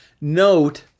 Note